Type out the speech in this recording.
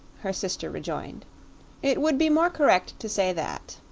her sister rejoined it would be more correct to say that.